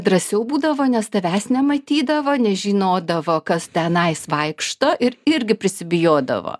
drąsiau būdavo nes tavęs nematydavo nežinodavo kas tenais vaikšto ir irgi prisibijodavo